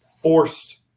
forced